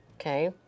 okay